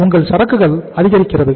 உங்கள் சரக்குகள் அதிகரிக்கிறது